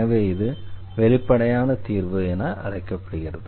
எனவே இது வெளிப்படையான தீர்வு என்று அழைக்கப்படுகிறது